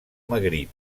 magrib